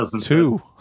two